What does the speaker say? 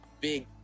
big